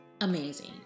amazing